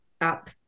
up